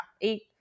eight